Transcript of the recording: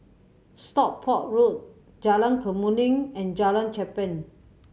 Stockport Road Jalan Kemuning and Jalan Cherpen